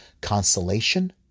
consolation